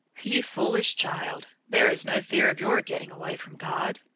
you foolish child, there is no fear of your getting away from god.